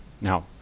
Now